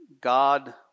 God